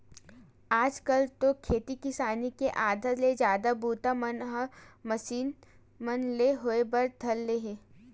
आज कल तो खेती किसानी के आधा ले जादा बूता मन ह मसीन मन ले होय बर धर ले हे